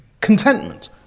Contentment